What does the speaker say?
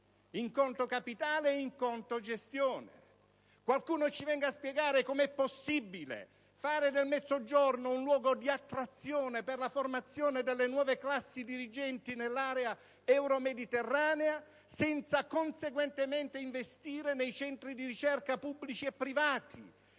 in conto capitale e in conto gestione. Qualcuno ci venga a spiegare com'è possibile fare del Mezzogiorno un luogo di attrazione per la formazione delle nuove classi dirigenti nell'area euromediterranea, senza conseguentemente investire nei centri di ricerca pubblici e privati,